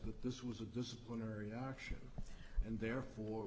that this was a disciplinary action and therefore